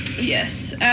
Yes